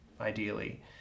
ideally